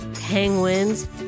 Penguins